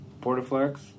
Portaflex